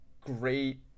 great